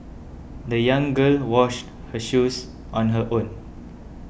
the young girl washed her shoes on her own